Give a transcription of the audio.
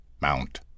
Mount